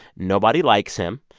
nobody likes him.